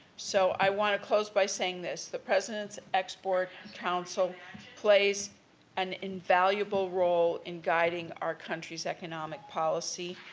so, i want to close by saying this. the president's export council plays an invaluable role in guiding our country's economic policy.